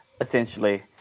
essentially